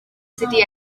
city